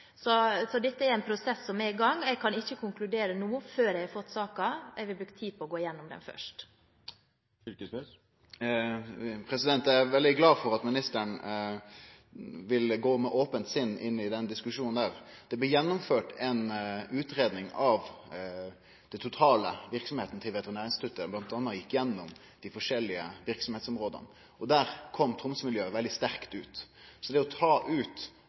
Dette er en prosess som er i gang. Jeg kan ikke konkludere før jeg har fått saken. Jeg vil bruke tid på å gå igjennom den først. Eg er veldig glad for at ministeren vil gå med ope sinn inn i den diskusjonen. Det blei gjennomført ei utgreiing av den totale verksemda til Veterinærinstituttet. Blant anna gjekk ein igjennom dei forskjellige verksemdsområda, og der kom Tromsø-miljøet veldig sterkt ut. Så det å ta ut